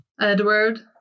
Edward